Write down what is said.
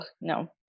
no